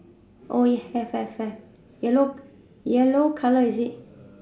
oh you have have have yellow yellow colour is it